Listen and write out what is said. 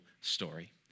story